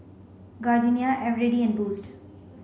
Gardenia Eveready and Boost